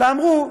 אלא אמרו: